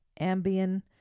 Ambien